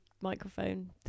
microphone